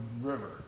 River